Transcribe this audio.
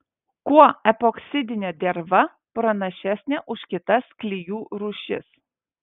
kuo epoksidinė derva pranašesnė už kitas klijų rūšis